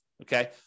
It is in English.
Okay